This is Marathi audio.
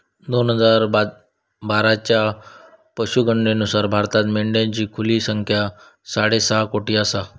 दोन हजार बाराच्या पशुगणनेनुसार भारतात मेंढ्यांची खुली संख्या साडेसहा कोटी आसा